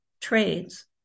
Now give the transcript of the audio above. trades